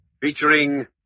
featuring